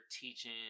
teaching